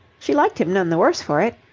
she liked him none the worse for it.